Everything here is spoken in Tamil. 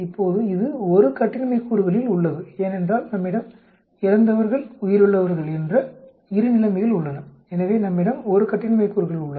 இப்போது இது 1 கட்டின்மை கூறுகளில் உள்ளது ஏனென்றால் நம்மிடம் இறந்தவர்கள் உயிருள்ளவர்கள் என்கிற 2 நிலைமைகள் உள்ளன எனவே நம்மிடம் 1 கட்டின்மை கூறுகள் உள்ளது